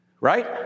Right